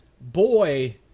boy